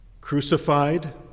crucified